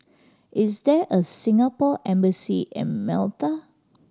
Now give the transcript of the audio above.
is there a Singapore Embassy in Malta